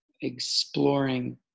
exploring